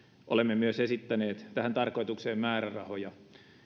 olemme myös esittäneet tähän tarkoitukseen määrärahoja